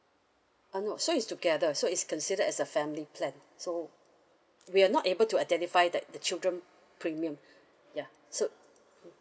uh no so is together so it's considered as a family plan so we are not able to identify that the children premium ya so